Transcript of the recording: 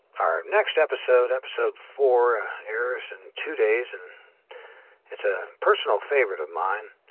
our next episode, episode four, airs in two days and it's a personal favorite of mine.